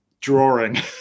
drawing